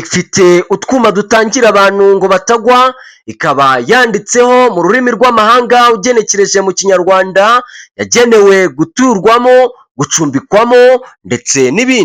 ifite utwuma dutangira abantu ngo batagwa, ikaba yanditseho mu rurimi rw'amahanga ugenekereje mu kinyarwanda yagenewe guturwamo, gucumbikwamo ndetse nibindi.